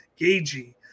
Gagey